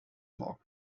morgen